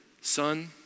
son